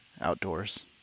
outdoors